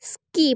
skip